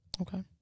Okay